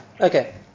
Okay